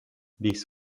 this